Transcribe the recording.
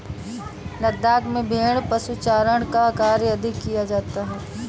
लद्दाख में भेड़ पशुचारण का कार्य अधिक किया जाता है